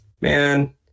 man